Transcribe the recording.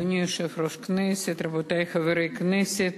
אדוני היושב-ראש, רבותי חברי הכנסת,